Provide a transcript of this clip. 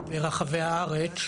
מרחבי הארץ,